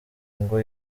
ngo